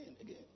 Again